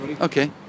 okay